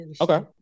Okay